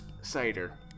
cider